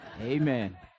Amen